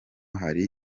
hari